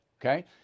okay